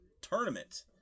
Tournament